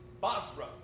Basra